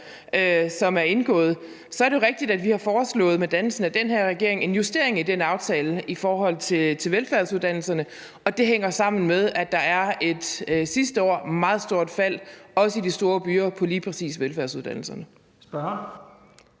som er indgået. Så er det jo rigtigt, at vi med dannelsen af den her regering har foreslået en justering i den aftale i forhold til velfærdsuddannelserne, og det hænger sammen med, at der sidste år var et meget stort fald, også i de store byer, på lige præcis velfærdsuddannelserne.